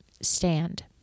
stand